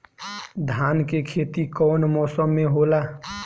धान के खेती कवन मौसम में होला?